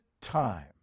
time